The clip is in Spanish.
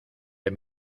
del